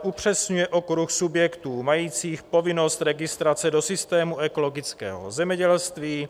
upřesňuje okruh subjektů majících povinnost registrace do systému ekologického zemědělství;